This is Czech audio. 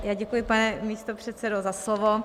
Já děkuji, pane místopředsedo za slovo.